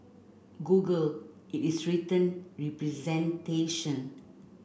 Google in its written representation